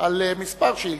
על כמה שאילתות.